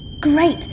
Great